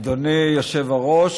אדוני היושב-ראש,